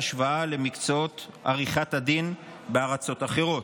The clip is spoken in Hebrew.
בהשוואה למקצועות עריכת הדין בארצות אחרות".